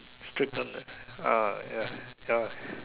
stric one leh ah ya ya